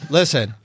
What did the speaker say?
listen